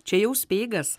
čia jau speigas